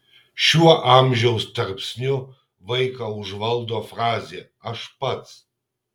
šiuo amžiaus tarpsniu vaiką užvaldo frazė aš pats